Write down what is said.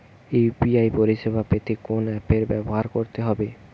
UPI পরিসেবা পেতে কোন অ্যাপ ব্যবহার করতে হবে?